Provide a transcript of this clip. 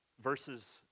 verses